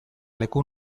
leku